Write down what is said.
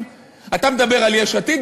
אתה מדבר על יש עתיד?